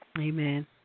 Amen